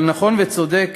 אבל נכון וצודק